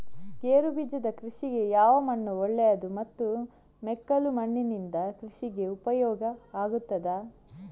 ಗೇರುಬೀಜದ ಕೃಷಿಗೆ ಯಾವ ಮಣ್ಣು ಒಳ್ಳೆಯದು ಮತ್ತು ಮೆಕ್ಕಲು ಮಣ್ಣಿನಿಂದ ಕೃಷಿಗೆ ಉಪಯೋಗ ಆಗುತ್ತದಾ?